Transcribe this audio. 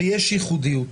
ויש ייחודיות.